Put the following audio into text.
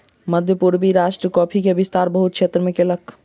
मध्य पूर्वी राष्ट्र कॉफ़ी के विस्तार बहुत क्षेत्र में कयलक